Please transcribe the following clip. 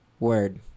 Word